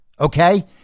Okay